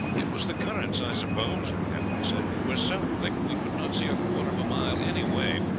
it was the currents, i suppose, the captain said it was so thick we could not see a quarter of a mile any way.